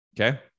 Okay